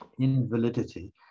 invalidity